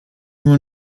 nur